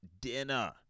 dinner